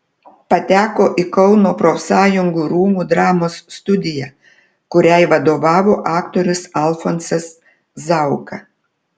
pateko į kauno profsąjungų rūmų dramos studiją kuriai vadovavo aktorius alfonsas zauka